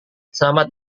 selamat